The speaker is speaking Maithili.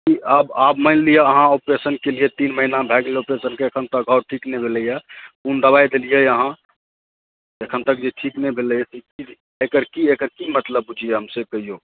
की आब मानि लिअ अहाँ ऑपरेशन केलियै तीन महीना भय गेलए ऑपरेशनके एखन तक घाव ठीक नहि भेलैए कोन दवाइ देलियै अहाँ एखन तक जे ठीक नहि भेलैए गलत एकर की एकर की मतलब बूझियऔ हम से कहियौ